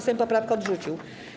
Sejm poprawkę odrzucił.